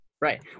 Right